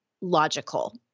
logical